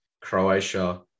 Croatia